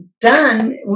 done